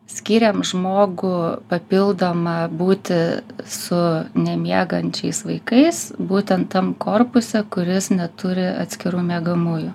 skyrėm žmogų papildomą būti su nemiegančiais vaikais būtent tam korpuse kuris neturi atskirų miegamųjų